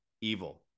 evil